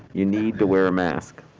you need to wear a mask.